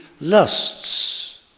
lusts